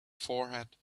forehead